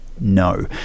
no